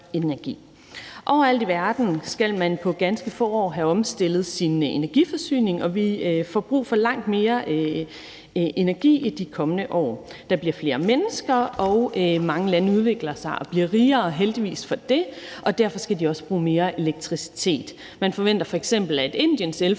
energi. Overalt i verden skal man på ganske få år have omstillet sin energiforsyning, og vi får brug for langt mere energi i de kommende år. Der bliver flere mennesker, og mange lande udvikler sig og bliver rigere, heldigvis for det, og derfor skal de også bruge mere elektricitet. Man forventer f.eks., at Indiens elforbrug